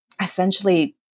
essentially